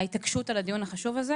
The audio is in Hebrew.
התקשרנו לטבריה והתברר שהחדר האקוטי עובד